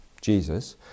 Jesus